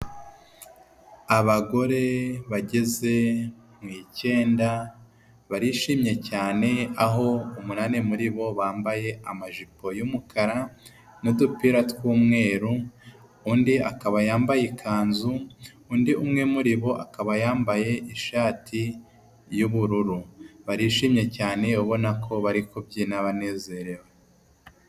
Abagore bageze mu icyenda, barishimye cyane, aho umunani muri bo bambaye amajipo y'umukara n'udupira tw'umweru, undi akaba yambaye ikanzu, undi umwe muri bo akaba yambaye ishati y'ubururu. Barishimye cyane, ubona ko bari kubyina, banezerewe.